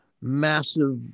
massive